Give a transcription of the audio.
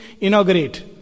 inaugurate